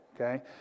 okay